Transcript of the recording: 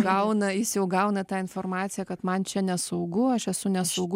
gauna jis jau gauna tą informaciją kad man čia nesaugu aš esu nesaugu